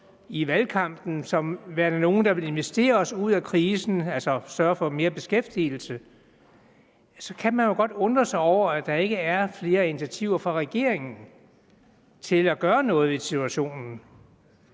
valgkampen at være nogle, der ville investere sig ud af krisen, altså sørge for mere beskæftigelse, så kan man jo godt undre sig over, at der ikke er flere initiativer fra regeringens side for at gøre noget ved situationen.